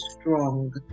strong